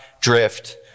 drift